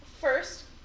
first